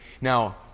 Now